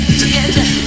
together